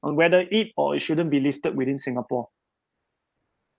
on whether it or it shouldn't be lifted within singapore